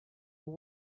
will